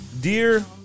Dear